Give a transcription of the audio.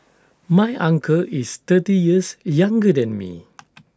my uncle is thirty years younger than me